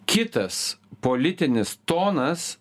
kitas politinis tonas